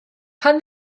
pan